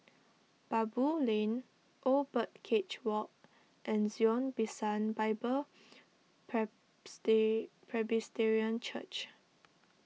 Baboo Lane Old Birdcage Walk and Zion Bishan Bible Presbyterian Church